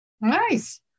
Nice